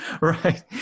Right